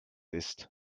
ist